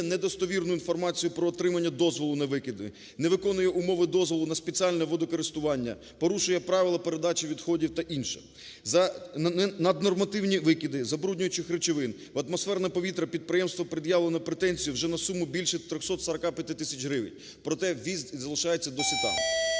недостовірну інформацію про отримання дозволу на викиди, не виконує умови дозволу на спеціальне водокористування, порушує правила передачі відходів та інше. За наднормативні викиди забруднюючих речовин в атмосферне повітря підприємству пред'явлено претензію вже на суму більше 345 тисяч гривень, проте віз залишається досі там.